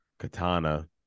Katana